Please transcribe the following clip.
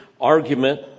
argument